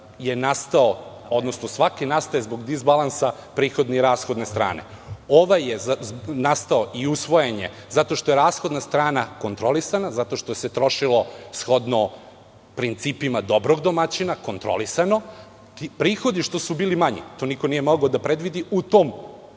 je nastao, odnosno, svaki nastaje zbog disbalansa prihodne i rashodne strane. Ovaj je nastao i usvojen je zato što je rashodna strana kontrolisana, zato što se trošilo principima dobrog domaćina, kontrolisano, prihodi što su bili manji, to niko nije mogao da predvidi u tom